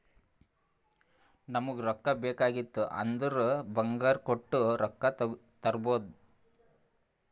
ನಮುಗ್ ರೊಕ್ಕಾ ಬೇಕ್ ಆಗಿತ್ತು ಅಂದುರ್ ಬಂಗಾರ್ ಕೊಟ್ಟು ರೊಕ್ಕಾ ತರ್ಬೋದ್